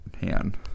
hand